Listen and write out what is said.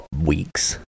weeks